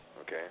okay